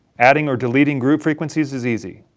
adding or deleting group frequencies is easy.